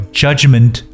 judgment